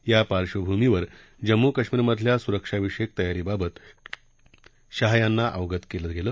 या पार्क्षभूमीवर जम्मू कश्मीरधल्या सुरक्षा विषयक तयारीबाबत शहा यांना अवगत करण्यात आलं